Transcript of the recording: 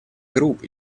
групп